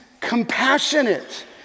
compassionate